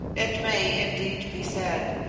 it may, indeed, be said,